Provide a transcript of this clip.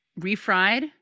refried